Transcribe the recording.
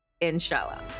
Inshallah